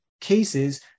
cases